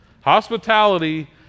Hospitality